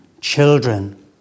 children